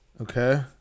Okay